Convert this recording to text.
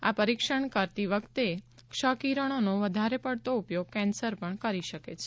આ પરિક્ષણ કરાતી વખતે ક્ષ કિરણોનો વધારે પડતો ઉપયોગ કેન્સર પણ કરી શકે છે